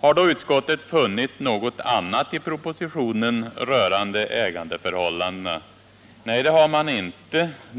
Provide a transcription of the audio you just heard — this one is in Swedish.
Har då utskottet funnit något annat i propositionen rörande ägandeförhållandena? Nej, det har man inte.